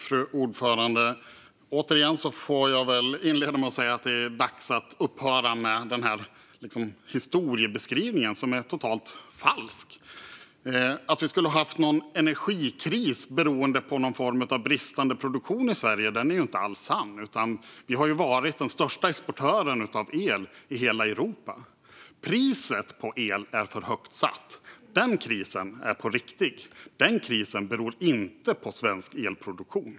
Fru talman! Återigen får jag inleda med att säga att det är dags att upphöra med den totalt falska historiebeskrivningen. Att vi skulle ha haft en energikris beroende på någon form av bristande produktion i Sverige är inte alls sant, utan vi har varit den största exportören av el i hela Europa. Priset på el är alltför högt satt. Den krisen är på riktigt, men den beror inte på svensk elproduktion.